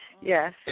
Yes